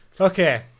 Okay